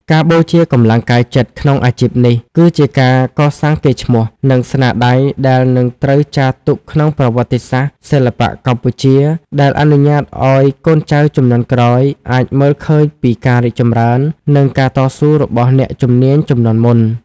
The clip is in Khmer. ការបូជាកម្លាំងកាយចិត្តក្នុងអាជីពនេះ គឺជាការកសាងកេរ្តិ៍ឈ្មោះ និងស្នាដៃដែលនឹងត្រូវចារទុកក្នុងប្រវត្តិសាស្ត្រសិល្បៈកម្ពុជា ដែលអនុញ្ញាតឱ្យកូនចៅជំនាន់ក្រោយអាចមើលឃើញពីការរីកចម្រើន និងការតស៊ូរបស់អ្នកជំនាញជំនាន់មុន។